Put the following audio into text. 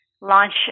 launch